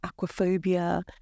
aquaphobia